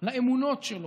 לאמונות שלו.